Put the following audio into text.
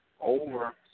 over